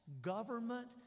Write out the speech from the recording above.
government